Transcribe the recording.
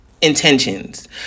intentions